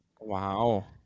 Wow